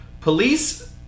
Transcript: Police